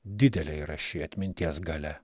didelė yra ši atminties galia